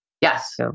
Yes